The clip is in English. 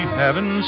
heaven